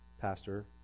pastor